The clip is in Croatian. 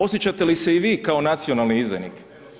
Osjećate li se i vi kao nacionalni izdajnik?